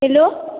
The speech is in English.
hello